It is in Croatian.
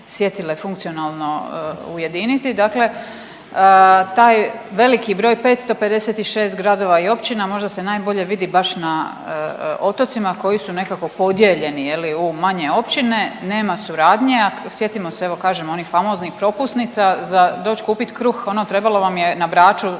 sjetile funkcionalno ujediniti. Dakle, taj veliki broj 556 gradova i općina možda se najbolje vidi baš na otocima koji su nekako podijeljeni u manje općine. Nema suradnje, a evo sjetimo se evo kažem onih famoznih propusnica za doć kupit kruh trebalo vam je na Braču